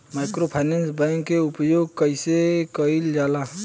Microfinance bank के उपयोग कइसे कइल जाला?